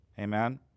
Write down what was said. Amen